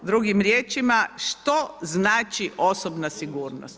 Drugim riječima, što znači osobna sigurnost?